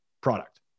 product